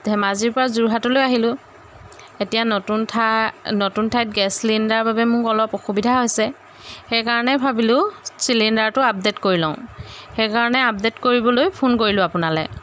ধেমাজিৰ পৰা যোৰহাটলৈ আহিলোঁ এতিয়া নতুন ঠা নতুন ঠাইত গেছ চিলিণ্ডাৰৰ বাবে মোক অলপ অসুবিধা হৈছে সেইকাৰণে ভাবিলোঁ চিলিণ্ডাৰটো আপডেট কৰি লওঁ সেইকাৰণে আপডেট কৰিবলৈ ফোন কৰিলোঁ আপোনালৈ